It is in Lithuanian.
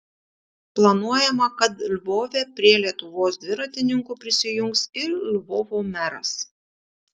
planuojama kad lvove prie lietuvos dviratininkų prisijungs ir lvovo meras